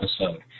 episode